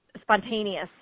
spontaneous